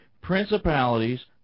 principalities